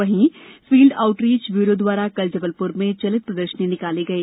वहीं field outreach bureau द्वारा कल जबलपुर में चलित प्रदर्शनी निकाली गई